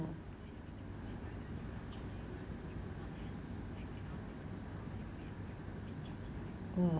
mm